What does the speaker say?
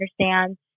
understand